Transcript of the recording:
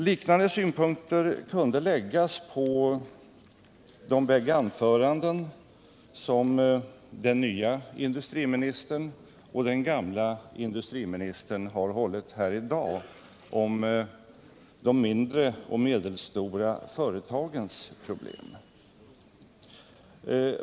Liknande synpunkter kunde anläggas på de bägge anföranden som den nye industriministern och den gamle industriministern har hållit här i dag.